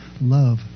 Love